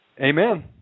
Amen